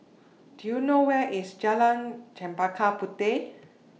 Do YOU know Where IS Jalan Chempaka Puteh